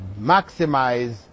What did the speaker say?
maximize